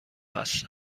هستم